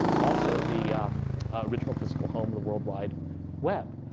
also, the original physical home of the worldwide web.